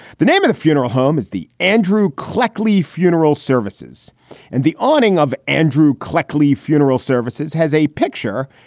the name of the funeral home is the andrew kleck lee funeral services and the awning of andrew kleck. lee funeral services has a picture,